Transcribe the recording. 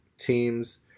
Teams